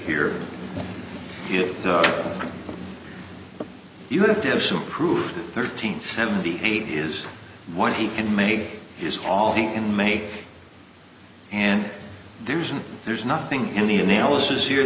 here if you have to have some proof thirteen seventy eight is what he can make his all he can make and there's there's nothing in the analysis here